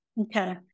Okay